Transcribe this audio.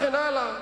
וכן הלאה וכן הלאה.